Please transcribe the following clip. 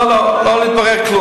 לא, לא, לא מתברר כלום.